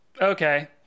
okay